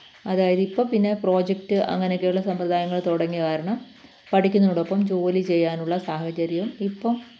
അതായത് ഇപ്പം പിന്നെ പ്രോജക്റ്റ് അങ്ങനെയൊക്കെ ഉള്ള സമ്പ്രദായങ്ങള് തുടങ്ങിയ കാരണം പഠിക്കുന്നതിനോടൊപ്പം ജോലി ചെയ്യാനുള്ള സാഹചര്യം ഇപ്പം